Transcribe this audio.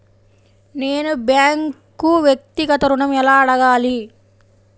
నేను బ్యాంక్ను వ్యక్తిగత ఋణం ఎలా అడగాలి?